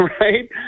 right